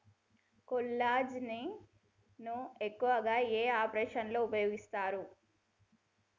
కొల్లాజెజేని ను ఎక్కువగా ఏ ఆపరేషన్లలో ఉపయోగిస్తారు?